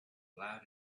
loud